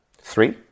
Three